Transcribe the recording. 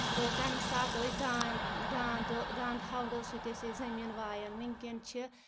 تہٕ تَمہِ ساتہٕ ٲسۍ دان داند داندٕ ہوڑ سۭتۍ ٲسۍ أسۍ زٔمیٖن وایَان وٕنکؠن چھِ